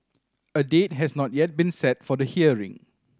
a date has not yet been set for the hearing